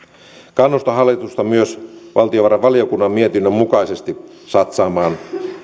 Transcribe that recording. kannustan hallitusta myös valtiovarainvaliokunnan mietinnön mukaisesti satsaamaan